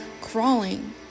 crawling